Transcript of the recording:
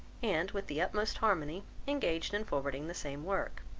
and, with the utmost harmony, engaged in forwarding the same work.